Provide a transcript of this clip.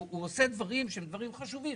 הוא עושה דברים שהם דברים חשובים,